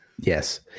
Yes